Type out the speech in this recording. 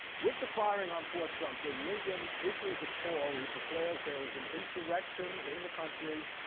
with the firing on fort sumter, lincoln issues a call, he declares there is an insurrection in the country,